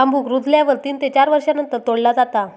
बांबुक रुजल्यावर तीन ते चार वर्षांनंतर तोडला जाता